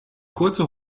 kurze